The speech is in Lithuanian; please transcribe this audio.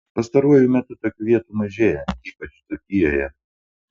pastaruoju metu tokių vietų mažėja ypač dzūkijoje